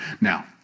now